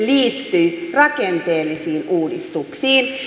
liittyi rakenteellisiin uudistuksiin